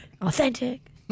Authentic